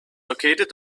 located